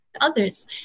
others